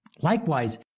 Likewise